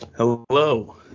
Hello